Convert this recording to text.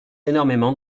énormément